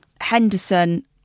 henderson